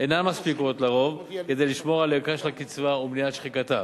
אינן מספיקות על-פי רוב כדי לשמור על ערכה של הקצבה ולמניעת שחיקתה,